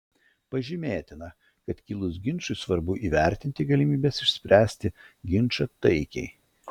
pažymėtina kad kilus ginčui svarbu įvertinti galimybes išspręsti ginčą taikiai